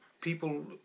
People